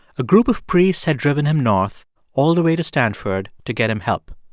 a group of priests had driven him north all the way to stanford to get him help.